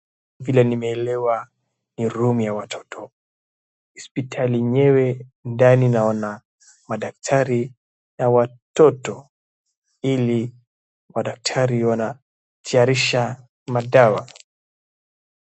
Vile nimeelewa ni room ya watoto. Hospitali yenyewe ndani naona madaktari na watoto, ili madaktari wanatayarisha madawa.